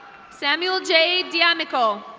samuel jay deeanicko.